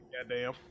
goddamn